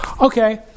Okay